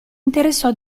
interessò